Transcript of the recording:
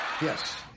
Yes